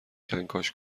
کنکاش